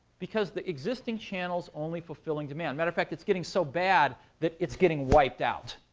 because the existing channel is only fulfilling demand. matter of fact, it's getting so bad, that it's getting wiped out,